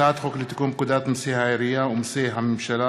הצעת חוק לתיקון פקודת מסי העירייה ומסי הממשלה